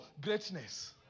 greatness